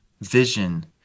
vision